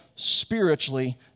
spiritually